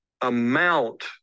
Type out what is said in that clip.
amount